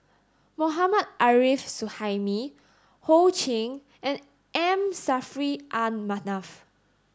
Mohammad Arif Suhaimi Ho Ching and M Saffri A Manaf